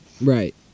Right